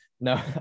No